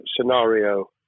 scenario